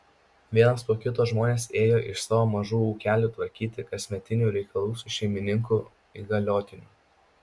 vienas po kito žmonės ėjo iš savo mažų ūkelių tvarkyti kasmetinių reikalų su šeimininko įgaliotiniu